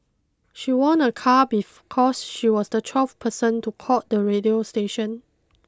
she won a car be cause she was the twelfth person to call the radio station